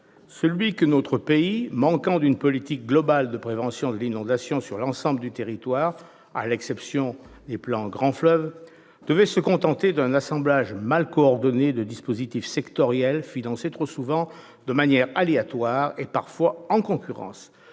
pour notre pays, qui manque d'une politique globale de prévention de l'inondation sur l'ensemble du territoire, à l'exception des plans Grands Fleuves, de se contenter d'un assemblage mal coordonné de dispositifs sectoriels, financés trop souvent de manière aléatoire et parfois en concurrence.